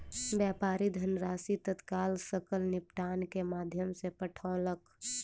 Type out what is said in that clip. व्यापारी धनराशि तत्काल सकल निपटान के माध्यम सॅ पठौलक